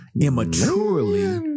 immaturely